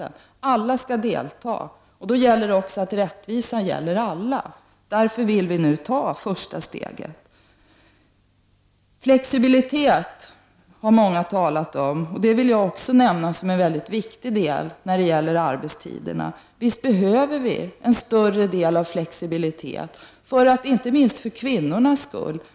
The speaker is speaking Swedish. Vi vill skapa rättvisa för alla människor, och därför tar vi nu ett första steg mot en sjätte semestervecka. Många har talat om flexibilitet i fråga om arbetstiden, och det vill också jag nämna som en viktig sak. Visst behövs en högre grad av flexibilitet, inte minst för kvinnornas skull.